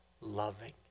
loving